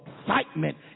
excitement